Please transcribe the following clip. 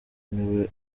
niwe